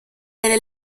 delle